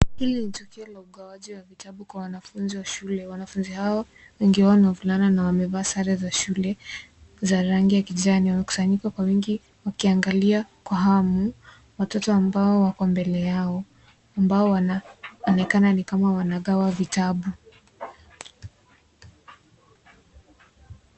Hili ni tukio la ugawaji wa vitabu kwa wanafunzi wa shule. Wanafunzi hao, wengi wao ni wavulana na wamevaa sare za shule za rangi ya kijani. Wamekusanyika kwa wingi, wakiangalia kwa hamu, watoto ambao wako mbele yao. Ambao wanaonekana ni kama wanagawa vitabu.